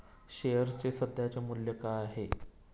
शेअर्सचे सध्याचे मूल्य काय आहे?